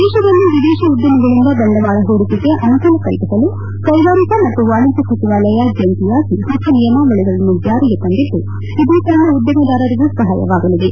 ದೇಶದಲ್ಲಿ ವಿದೇಶಿ ಉದ್ಯಮಿಗಳಿಂದ ಬಂಡವಾಳ ಹೂಡಿಕೆಗೆ ಅನುಕೂಲ ಕಲ್ಪಿಸಲು ಕೈಗಾರಿಕಾ ಮತ್ತು ವಾಣಿಜ್ಯ ಸಚಿವಾಲಯ ಜಂಟಿಯಾಗಿ ಪೊಸ ನಿಯಾಮವಳಿಗಳನ್ನು ಜಾರಿಗೆ ತಂದಿದ್ದು ಇದು ಸಣ್ಣ ಉದ್ಯಮೆದಾರರಿಗೂ ಸಹಾಯವಾಗಲಿದೆ